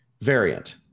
Variant